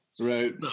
Right